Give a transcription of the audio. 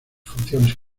funciones